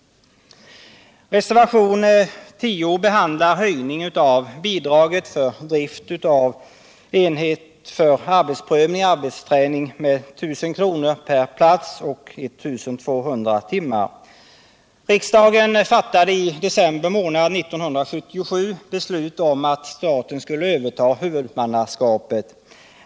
Reservation 10 behandlar höjning av bidraget för drift av enhet för arbetsprövning/arbetsträning med 1000 kr. per plats och 1200 timmar. Riksdagen fattade i december månad 1977 beslut om att staten skulle överta huvudmannaskapet.